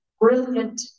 brilliant